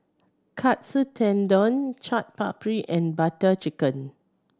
Katsu Tendon Chaat Papri and Butter Chicken